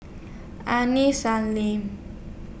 Aini Salim